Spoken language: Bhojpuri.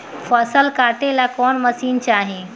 फसल काटेला कौन मशीन चाही?